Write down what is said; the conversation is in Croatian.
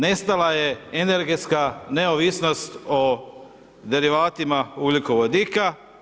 Nestala je energetska neovisnost o derivatima ugljikovodika.